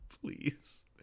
Please